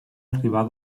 arribar